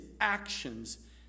actions